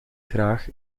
graag